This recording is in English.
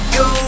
go